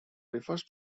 refers